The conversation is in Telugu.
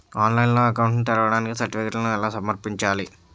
ఆన్లైన్లో అకౌంట్ ని తెరవడానికి సర్టిఫికెట్లను ఎలా సమర్పించాలి?